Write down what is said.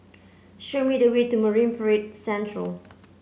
show me the way to Marine Parade Central